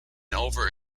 over